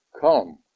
Come